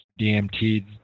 DMT